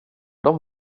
dem